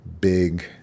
big